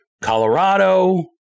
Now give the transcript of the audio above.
Colorado